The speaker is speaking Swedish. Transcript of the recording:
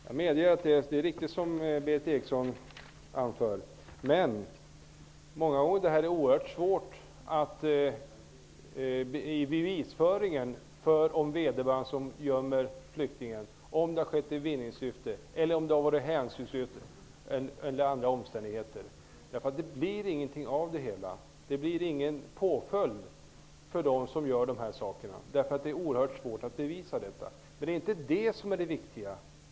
Herr talman! Jag medger att det som Berith Eriksson anför är riktigt. Men många gånger är det oerhört svårt att bevisa att den som gömmer flyktingar gör det i vinningssyfte, att det är hänsynslöst utnyttjande eller andra sådana omständigheter. Det blir ingen påföljd därför att det är oerhört svårt att bevisa det. Men det är inte detta som är det viktiga.